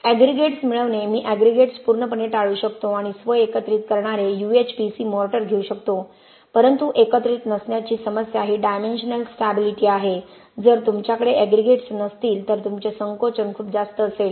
aggregates मिळवणे मी aggregates पूर्णपणे टाळू शकतो आणि स्व एकत्रित करणारे UHPC मोर्टार घेऊ शकतो परंतु एकत्रित नसण्याची समस्या ही डायमेंशनल स्टॅबिलिटी आहे जर तुमच्याकडे एग्रीगेट्स नसतील तर तुमचे संकोचन खूप जास्त असेल